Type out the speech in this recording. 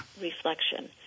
reflection